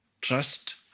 trust